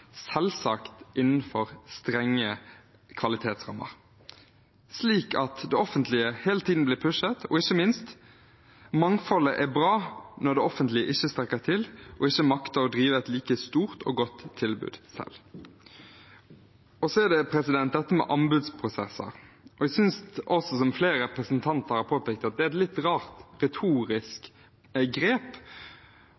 selvsagt innenfor strenge kvalitetsrammer, slik at det offentlige hele tiden blir pushet. Og ikke minst: Mangfoldet er bra når det offentlige ikke strekker til og ikke makter å drive et like stort og godt tilbud selv. Så er det dette med anbudsprosesser. Jeg synes, som også flere representanter har påpekt, at det er et litt rart retorisk